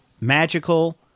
magical